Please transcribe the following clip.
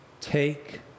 Take